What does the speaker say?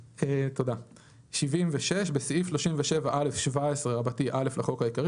76. בסעיף 37א17(א) לחוק העיקרי,